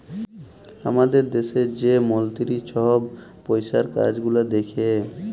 আমাদের দ্যাশে যে মলতিরি ছহব পইসার কাজ গুলাল দ্যাখে